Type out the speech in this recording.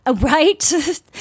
Right